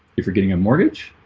if you're getting a mortgage